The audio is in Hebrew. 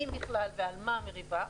אם בכלל ועל מה המריבה.